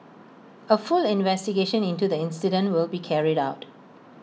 A full investigation into the incident will be carried out